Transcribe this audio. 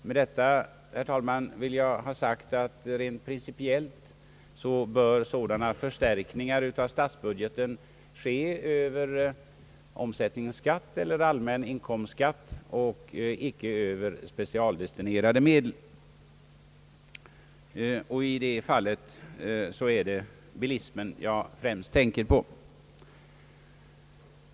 Med detta, herr talman, vill jag ha sagt att rent principiellt bör sådana förstärkningar av statsbudgeten ske över omsättningsskatt eller allmän inkomstskatt och inte över specialdestinerade medel. I det fallet är det bilismen jag främst tänker på.